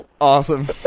Awesome